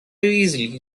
easily